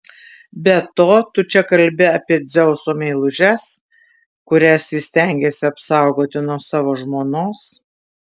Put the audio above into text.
be to tu čia kalbi apie dzeuso meilužes kurias jis stengėsi apsaugoti nuo savo žmonos